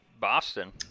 Boston